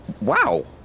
Wow